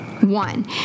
One